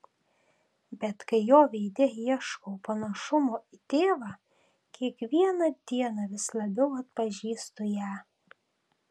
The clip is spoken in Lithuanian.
bet kai jo veide ieškau panašumo į tėvą kiekvieną dieną vis labiau atpažįstu ją